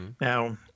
Now